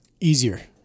Easier